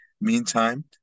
Meantime